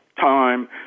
time